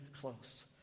close